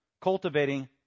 cultivating